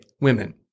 women